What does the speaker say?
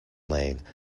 laying